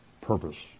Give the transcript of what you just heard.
purpose